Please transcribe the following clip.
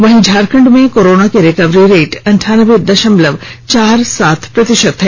वहीं झारखंड में कोरोना की रिकवरी रेट अनठानबे दशमलव चार सात प्रतिशत है